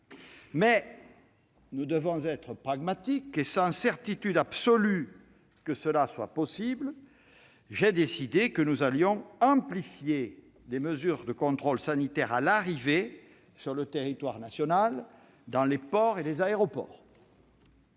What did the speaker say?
Mais nous devons être pragmatiques : sans certitude absolue qu'une telle action soit possible, j'ai décidé que nous allions amplifier les mesures de contrôle sanitaire à l'arrivée sur le territoire national, dans les ports et les aéroports.